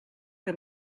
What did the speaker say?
que